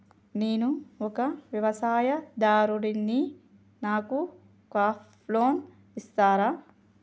నేను ఒక వ్యవసాయదారుడిని నాకు క్రాప్ లోన్ ఇస్తారా?